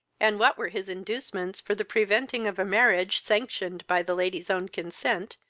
and what were his inducements for the preventing of a marriage, sanctioned by the lady's own consent,